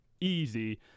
easy